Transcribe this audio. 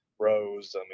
Rose